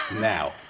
now